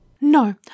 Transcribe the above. No